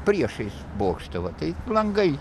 priešais bokštą va tai langai